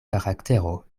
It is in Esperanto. karaktero